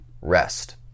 Rest